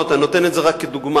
אני נותן את זה רק כדוגמה.